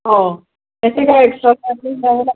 हो त्याचे काय एक्स्ट्रा चार्जेस द्यावे लागतील का